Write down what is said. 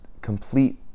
complete